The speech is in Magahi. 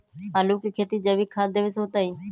आलु के खेती जैविक खाध देवे से होतई?